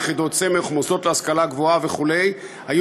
יחידות סמך ומוסדות להשכלה גבוהה וכו' היו